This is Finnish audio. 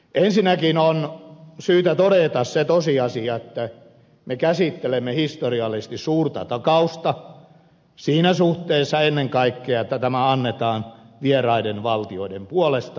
ensinnäkin on syytä todeta se tosiasia että me käsittelemme historiallisesti suurta takausta siinä suhteessa ennen kaikkea että tämä annetaan vieraiden valtioiden puolesta